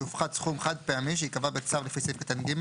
יופחת סכום חד פעמי שייקבע בצו לפי סעיף קטן (ג)